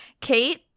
Kate